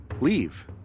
leave